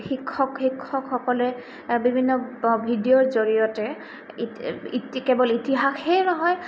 শিক্ষক শিক্ষকসকলে বিভিন্ন ভিডিঅ'ৰ জৰিয়তে কেৱল ইতিহাসেই নহয়